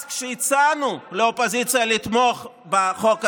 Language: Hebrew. אז כשהצענו לאופוזיציה לתמוך בחוק הזה,